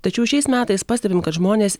tačiau šiais metais pastebim kad žmonės